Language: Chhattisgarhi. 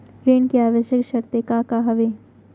ऋण के आवश्यक शर्तें का का हवे?